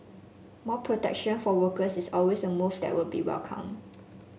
more protection for workers is always a move that will be welcomed